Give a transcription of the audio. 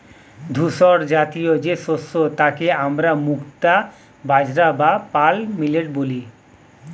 ধূসরজাতীয় যে শস্য তাকে আমরা মুক্তা বাজরা বা পার্ল মিলেট বলি